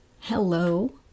hello